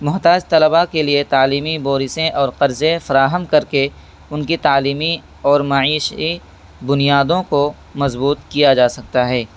محتاج طلباء کے لیے تعلیمی بورسیں اورقرضیں فراہم کر کے ان کی تعلیمی اور معیشی بنیادوں کو مضبوط کیا جا سکتا ہے